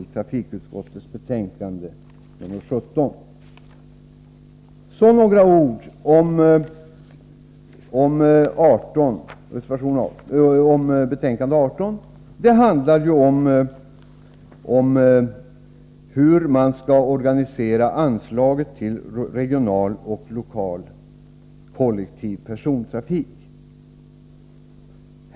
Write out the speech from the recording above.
Några ord vill jag också säga om betänkande 18. Det handlar om hur man skall organisera anslaget till regional och lokal kollektiv persontrafik.